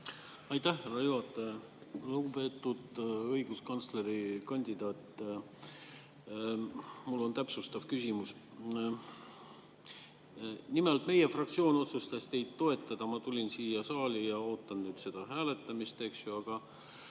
Aitäh, härra juhataja! Lugupeetud õiguskantslerikandidaat! Mul on täpsustav küsimus. Nimelt, meie fraktsioon otsustas teid toetada, ma tulin siia saali ja ootan nüüd seda hääletamist, eks ju, aga